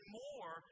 more